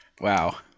wow